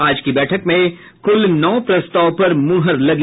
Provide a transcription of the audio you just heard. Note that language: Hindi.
आज की बैठक में कुल नौ प्रस्ताव पर मुहर लगी